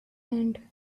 end